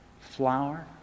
flower